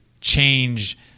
change